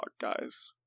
guys